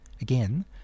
again